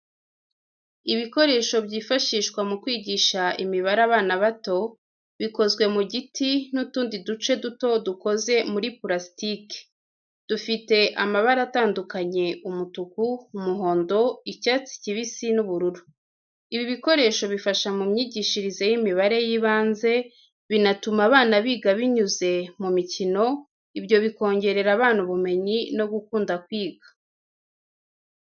Ibikoresho byifashishwa mu kwigisha imibare abana bato, bikozwe mu giti n’utundi duce duto dukoze muri purasitike, dufite amabara atandukanye umutuku, umuhondo, icyatsi kibisi n’ubururu. Ibi bikoresho bifasha mu myigishirize y’imibare y’ibanze, binatuma abana biga binyuze mu mikino, ibyo bikongerera abana ubumenyi no gukunda kwiga.